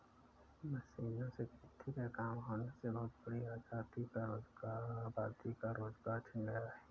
मशीनों से खेती का काम होने से बहुत बड़ी आबादी का रोजगार छिन गया है